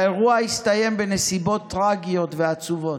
האירוע הסתיים בנסיבות טרגיות ועצובות,